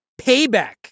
Payback